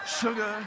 sugar